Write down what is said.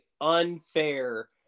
unfair